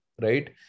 right